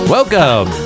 Welcome